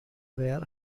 were